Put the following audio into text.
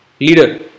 leader